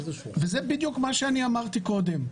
וזה בדיוק מה שאמרתי קודם.